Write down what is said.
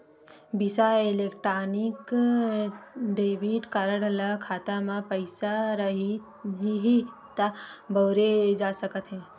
बिसा electronic debit card ल खाता म पइसा रइही त बउरे जा सकत हे